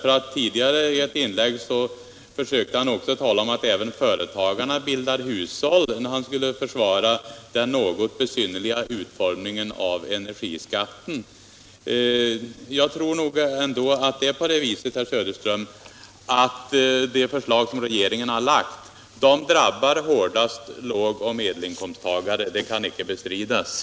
I ett tidigare inlägg försökte han tala om att även företagarna bildade hushåll när han skulle försvara den något besynnerliga utformningen av energiskatten. Det kan inte bestridas, herr Söderström, att det förslag som regeringen har lagt drabbar lågoch medelinkomsttagare hårdast.